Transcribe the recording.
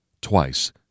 Twice